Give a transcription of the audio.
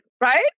right